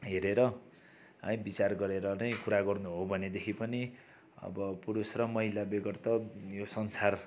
हेरेर है विचार गरेर नै कुरा गर्नु हो भनेदेखि पनि अब पुरुष र महिला बेगर त यो संसार